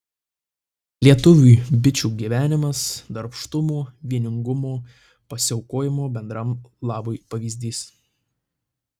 lietuviui bičių gyvenimas darbštumo vieningumo pasiaukojimo bendram labui pavyzdys